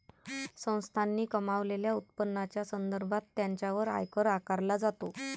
संस्थांनी कमावलेल्या उत्पन्नाच्या संदर्भात त्यांच्यावर आयकर आकारला जातो